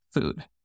food